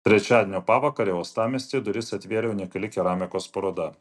trečiadienio pavakarę uostamiestyje duris atvėrė unikali keramikos paroda